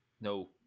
no